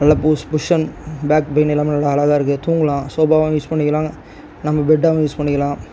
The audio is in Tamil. நல்ல புஷ் புஷன் பேக் பெயின் இல்லாமல் நல்லா அழகாக இருக்கு தூங்கலாம் சோபாவாகவும் யூஸ் பண்ணிக்கலாம் நம்ம பெட்டாகவும் யூஸ் பண்ணிக்கலாம்